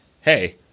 hey